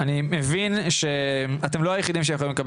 אני מבין שאתם לא היחידים שיכולים להגיע